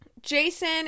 Jason